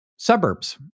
Suburbs